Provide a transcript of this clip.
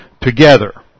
together